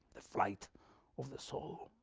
the flight of the soul,